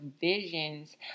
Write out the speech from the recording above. visions